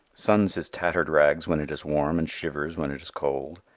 suns his tattered rags when it is warm and shivers when it is cold,